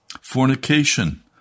Fornication